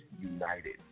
united